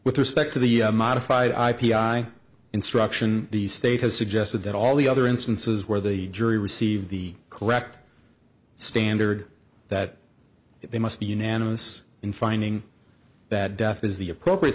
with respect to the modified i p i instruction the state has suggested that all the other instances where the jury received the correct standard that they must be unanimous in finding that death is the appropriate